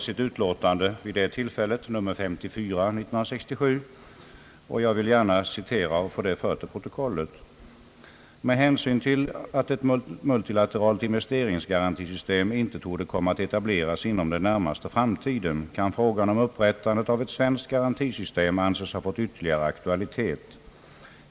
»Med hänsyn till att ett multilaterali investeringsgarantisystem inte torde komma att etableras inom den närmaste framtiden kan frågan om upprättande av ett svenskt garantisystem anses ha fått ytterligare aktualitet.